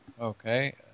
okay